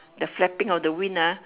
the flapping of the wing ah